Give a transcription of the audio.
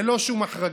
ללא שום החרגה.